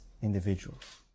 Individuals